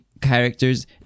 characters